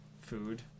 food